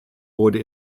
wurde